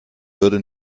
würde